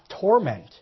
torment